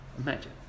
Imagine